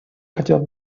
хотел